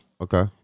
Okay